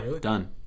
done